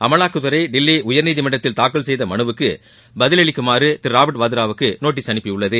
அமலாக்கத்துறை தில்லி உயர்நீதிமன்றத்தில் தாக்கல் செய்த மனுவுக்கு பதிலளிக்குமாறு திரு ராபாட் வாத்ராவுக்கு நோட்டஸ் அனுப்பியுள்ளது